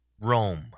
Rome